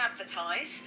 advertise